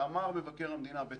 ואמר מבקר המדינה בצדק,